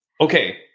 Okay